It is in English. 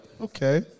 Okay